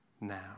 now